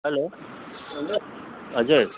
hello हजुर